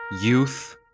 youth